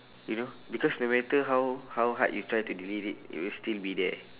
you know because no matter how how hard you try to delete it it will still be there